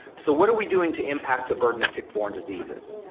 so what are we doing to impact the burden of tick-borne diseases?